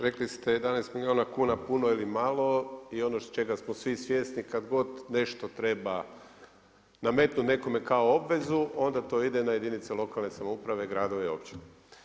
Rekli ste 11 milijuna kuna puno ili malo i ono čega smo svi svjesni kada god nešto treba nametnu nekome kao obvezu onda to ide na jedinice lokalne samouprave, gradove i općine.